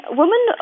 women